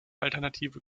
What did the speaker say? alternative